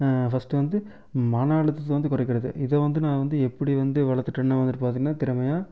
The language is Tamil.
ஃபஸ்ட்டு வந்து மன அழுத்தத்தை வந்து குறைக்கிறக்கு இதை வந்து நான் வந்து எப்படி வந்து வளர்த்துட்டேன்னு வந்துட்டு பார்த்தீங்கன்னா திறமையை